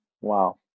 Wow